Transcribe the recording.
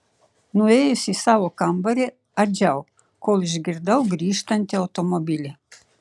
nuėjusi į savo kambarį adžiau kol išgirdau grįžtantį automobilį